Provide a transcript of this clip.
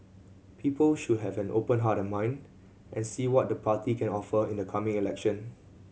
people should have an open heart and mind and see what the party can offer in the coming election